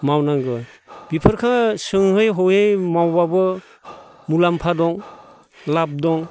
मावनांगौ बेफोरखौ सोंयै हयै मावो्बाबो मुलाम्फा दं लाब दं